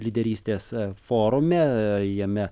lyderystės forume jame